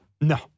No